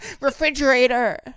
refrigerator